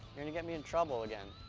you're gonna get me in trouble again.